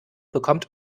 bekommt